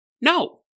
No